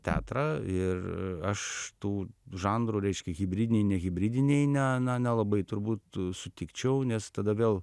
teatrą ir aš tų žanrų reiškia hibridiniai nehibridiniai ne na nelabai turbūt sutikčiau nes tada vėl